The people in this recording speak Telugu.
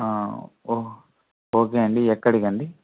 ఓ ఓకే అండి ఎక్కడికండి